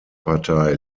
partei